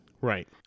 Right